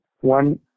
one